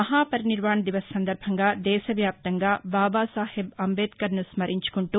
మహా పరినిర్వాణ్ దివస్ సందర్బంగా దేశవ్యాప్తంగా బాబాసాహెబ్ అంబేద్కర్ను స్మరించుకుంటూ